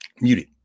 Muted